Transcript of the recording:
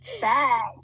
Back